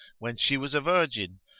when she was a virgin,